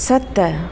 सत